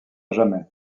jamais